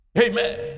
Amen